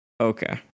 Okay